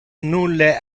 nulle